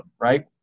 right